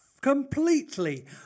completely